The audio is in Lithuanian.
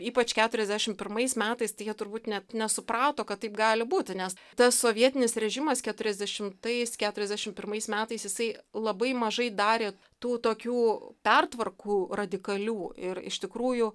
ypač keturiasdešimt pirmais metais tai jie turbūt net nesuprato kad taip gali būti nes tas sovietinis režimas keturiasdešimtais keturiasdešimt pirmais metais jisai labai mažai darė tų tokių pertvarkų radikalių ir iš tikrųjų